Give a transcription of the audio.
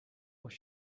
was